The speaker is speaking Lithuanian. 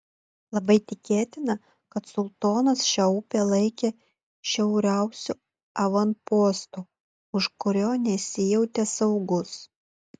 labai tikėtina kad sultonas šią upę laikė šiauriausiu avanpostu už kurio nesijautė saugus